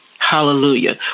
Hallelujah